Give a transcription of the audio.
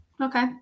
Okay